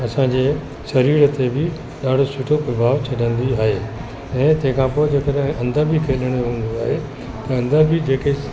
असांजे सरीर ते बि ॾाढो सुठो प्रभाव छॾंदी आहे ऐं तंहिं खां पोइ जे कॾहिं अंदरि बि खेलिणो हूंदो आहे त अंदरि बि जेके